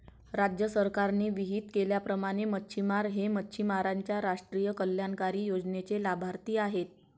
राज्य सरकारने विहित केल्याप्रमाणे मच्छिमार हे मच्छिमारांच्या राष्ट्रीय कल्याणकारी योजनेचे लाभार्थी आहेत